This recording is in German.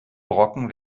brocken